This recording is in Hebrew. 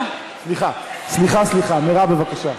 סליחה, סליחה, מרב, בבקשה.